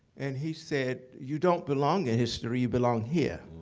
and he said, you don't belong in history. you belong here.